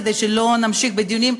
כדי שלא נמשיך בדיונים,